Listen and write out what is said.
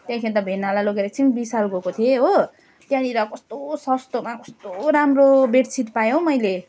त्यहाँ के त भेनालाई लिएर एकछिन विशाल गएको थिएँ हो त्यहाँनिर कस्तो सस्तोमा कस्तो राम्रो बेड सिट पाएँ हौ मैले